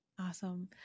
Awesome